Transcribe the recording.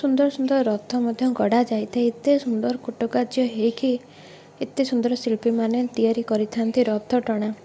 ସୁନ୍ଦର ସୁନ୍ଦର ରଥ ମଧ୍ୟ ଗଢ଼ା ଯାଇଥାଏ ଏତେ ସୁନ୍ଦର କାରୁକାର୍ଯ୍ୟ ହେଇକି ଏତେ ସୁନ୍ଦର ଶିଳ୍ପୀମାନେ ତିଆରି କରିଥାନ୍ତି ରଥ ଟଣା